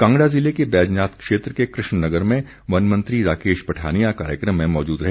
कांगड़ा ज़िले के बैजनाथ क्षेत्र के कृष्णनगर में वन मंत्री राकेश पठानिया कार्यक्रम में मौजूद रहे